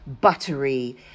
buttery